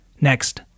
Next